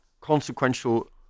consequential